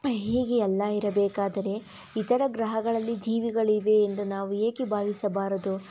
ಹೀಗೆ ಎಲ್ಲ ಇರಬೇಕಾದರೆ ಇತರ ಗ್ರಹಗಳಲ್ಲಿ ಜೀವಿಗಳಿವೆ ಎಂದು ನಾವು ಏಕೆ ಭಾವಿಸಬಾರದು